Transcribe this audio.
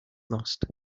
lost